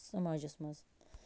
سماجَس منٛز